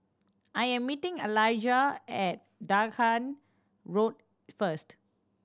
I am meeting Alijah at Dahan Road first